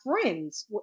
friends